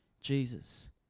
Jesus